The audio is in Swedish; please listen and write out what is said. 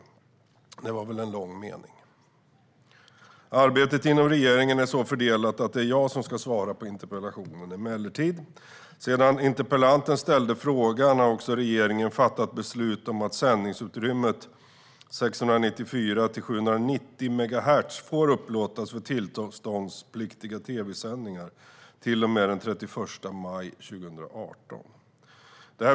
Arbetet inom regeringen är så fördelat att det är jag som ska svara på interpellationen. Sedan interpellanten skrev frågan har regeringen fattat beslut om att sändningsutrymmet 694-790 megahertz får upplåtas för tillståndspliktiga tv-sändningar till och med den 31 maj 2018.